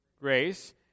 grace